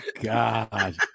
god